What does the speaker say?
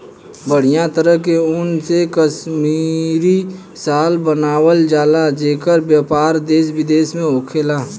बढ़िया तरह के ऊन से कश्मीरी शाल बनावल जला जेकर व्यापार देश विदेश में होखेला